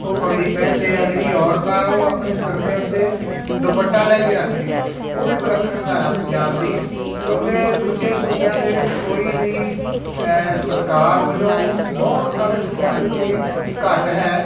ਉਹ ਪੱਗੜੀ ਪਹਿਨਦੇ ਹੈ ਜਿਹੜੀ ਔਰਤਾਂ ਉਹ ਆਪਣੇ ਸਿਰ ਦੇ ਉੱਤੇ ਦੁਪੱਟਾ ਲੈ ਕੇ ਰੱਖਦੀਆਂ ਉਹ ਵੀ ਵਿਲੱਖਣਤਾ ਹੈ ਪੰਜਾਬ ਦੀ ਕਿਉਂਕਿ ਦੂਜੇ ਸੂਬਿਆਂ ਦੇ ਵਿੱਚ ਕੋਈ ਵੀ ਹੈ ਸਤਿਕਾਰ ਵਜੋਂ ਬਹੁਤ ਸਾਰੇ ਸੂਬਿਆਂ ਦੇ ਵਿੱਚ ਇਹ ਘੱਟ ਹੈ